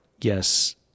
yes